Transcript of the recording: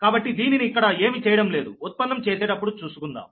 కాబట్టి దీనిని ఇక్కడ ఏమి చేయడం లేదు ఉత్పన్నం చేసేటప్పుడు చూసుకుందాం